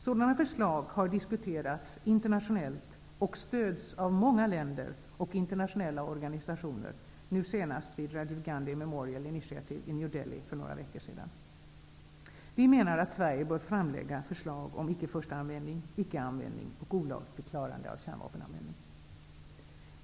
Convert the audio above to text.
Sådana förslag har diskuterats internationellt och stöds av många länder och internationella organisationer, nu senast vid Radjiv Gandhi Memorial Initiative i New Delhi för några veckor sedan. Vi menar att Sverige bör framlägga förslag om ickeförsta användning, icke-användning och olagligförklarande av kärnvapenanvändning.